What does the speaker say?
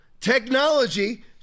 technology